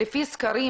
לפי הסקרים,